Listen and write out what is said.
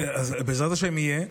בעזרת השם תהיה.